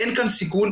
אין כאן סיכון.